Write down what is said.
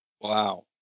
Wow